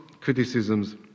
criticisms